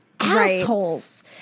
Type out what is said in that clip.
Assholes